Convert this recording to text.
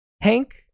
Hank